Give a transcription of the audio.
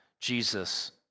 Jesus